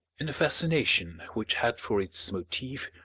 in a fascination which had for its motif,